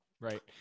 right